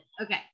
Okay